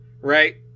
right